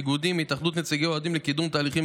איגודים והתאחדות נציגי אוהדים לקידום תהליכים